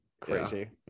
Crazy